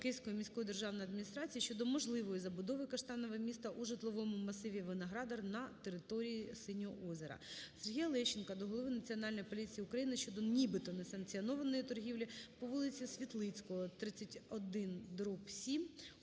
Київської міської державної адміністрації щодо можливої забудови "Каштанове місто" у житловому масиві Виноградар на території Синього озера. Сергія Лещенка до голови Національної поліції України щодо нібито несанкціонованої торгівлі по вулиці Світлицького, 31/7